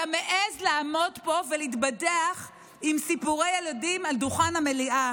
אתה מעז לעמוד פה ולהתבדח עם סיפורי ילדים על דוכן המליאה.